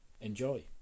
Enjoy